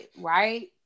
right